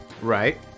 right